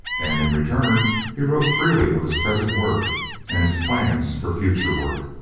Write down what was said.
and in return he wrote freely of his present work and his plans for future work.